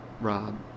rob